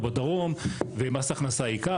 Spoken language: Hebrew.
או בדרום ומס הכנסה ייקח,